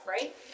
right